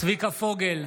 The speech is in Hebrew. צביקה פוגל,